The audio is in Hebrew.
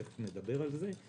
תכף נדבר על זה.